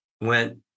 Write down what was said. went